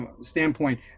standpoint